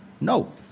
No